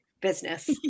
business